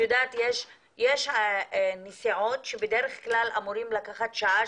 יש נסיעות שבדרך כלל אמורות לקחת שעה,